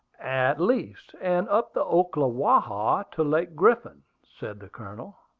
at least, and up the ocklawaha to lake griffin, said the colonel.